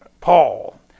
Paul